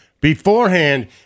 beforehand